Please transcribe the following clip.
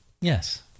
Yes